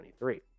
2023